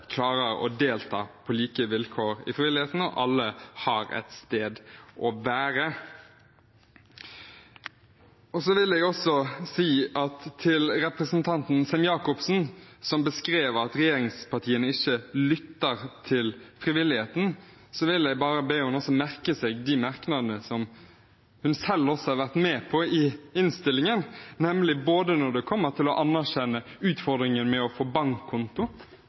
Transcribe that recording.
klarer å delta på like vilkår i frivilligheten, og at alle har et sted å være. Til representanten Sem-Jacobsen, som sa at regjeringspartiene ikke lytter til frivilligheten: Jeg vil be henne merke seg de merknadene hun selv har vært med på i innstillingen, både når det kommer til å anerkjenne utfordringen med å få bankkonto